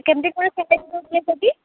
କେମତି କ'ଣ ପ୍ୟାକେଜ୍ ଦେଉଥିଲେ ସେଠି